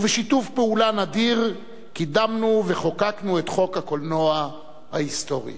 ובשיתוף פעולה נדיר קידמנו וחוקקנו את חוק הקולנוע ההיסטורי.